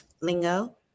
Lingo